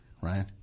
Right